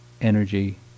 energy